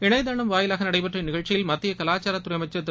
இணையதளம் வாயிலாக நடைபெற்ற இந்நிகழ்ச்சியில் மத்திய கலாச்சாரத்துறை அமைச்சர் திரு